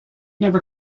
never